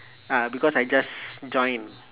uh because I just joined